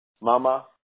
Mama